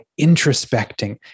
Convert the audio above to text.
introspecting